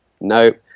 nope